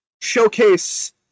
showcase